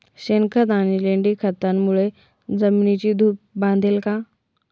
शेणखत आणि लेंडी खतांमुळे जमिनीची धूप थांबेल का?